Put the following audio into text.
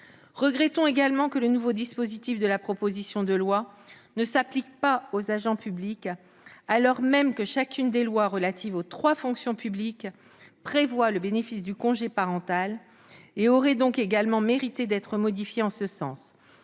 Regrettons également que le nouveau dispositif de la proposition de loi ne s'applique pas aux agents publics, alors même que chacune des lois relatives aux trois fonctions publiques prévoit le bénéfice du congé parental et aurait donc également mérité d'être modifiée en ce sens.